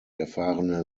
erfahrene